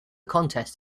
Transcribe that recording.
contest